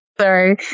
Sorry